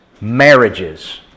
marriages